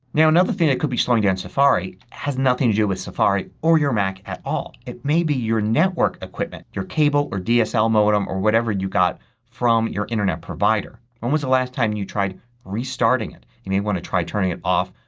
now another things that could be slowing down safari has nothing to do with safari or your mac at all. it may be your network equipment. your cable or dsl modem or whatever you've got from your internet provider. when was the last time you tried restarting it. you may want to try turning it off,